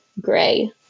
Gray